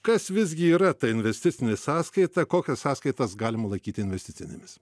kas visgi yra ta investicinė sąskaita kokias sąskaitas galima laikyti investicinėmis